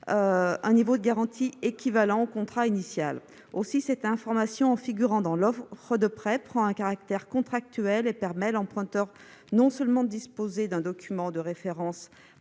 un niveau de garantie équivalent au contrat initial. Aussi, cette information figurant dans l'offre de prêt prend un caractère contractuel. Non seulement elle permet à l'emprunteur de disposer d'un document de référence